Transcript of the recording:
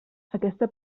aquesta